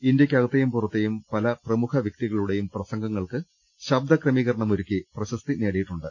ഇന്ത്യക്ക് അകത്തെയും പുറത്തെയും പല പ്രമുഖ വ്യക്തികളുടെയും പ്രസംഗങ്ങൾക്ക് ശബ്ദ ക്രമീകരണമൊരുക്കി പ്രശസ്തി നേടിയിട്ടുണ്ട്